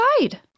inside